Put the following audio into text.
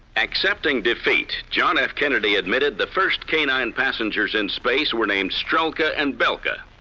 accepting defeat, john f. kennedy admitted the first canine passengers in space were named stroker and bilka,